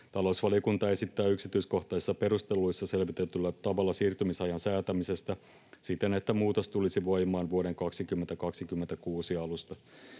Talousvaliokunta esittää yksityiskohtaisissa perusteluissa selvitetyllä tavalla siirtymäajasta säätämistä siten, että muutos tulisi voimaan vuoden 2026 alusta.